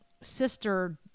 sister